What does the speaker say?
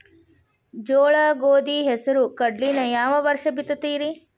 ಜೋಳ, ಗೋಧಿ, ಹೆಸರು, ಕಡ್ಲಿನ ಯಾವ ವರ್ಷ ಬಿತ್ತತಿರಿ?